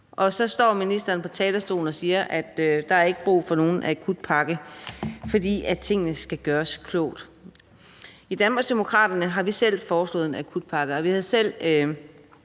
og så står ministeren på talerstolen og siger, at der ikke er brug for nogen akutpakke, for tingene skal gøres klogt. I Danmarksdemokraterne har vi selv foreslået en akutpakke, og vi havde selv